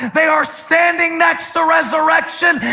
they are standing next to resurrection.